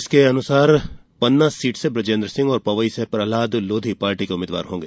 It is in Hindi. इसके अनुसार पन्ना सीट से बुजेन्द्र सिंह और पवई से प्रहलाद लोधी पार्टी के उम्मीदवार होंगे